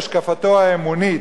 "השקפתו האמונית".